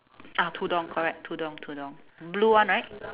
ah tudung correct tudung tudung blue one right